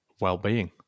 well-being